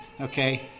Okay